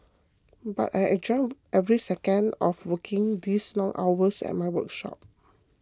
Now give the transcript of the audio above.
but I enjoy every second of working these long hours at my workshop